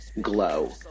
glow